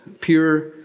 pure